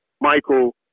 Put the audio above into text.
Michael